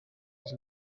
z’u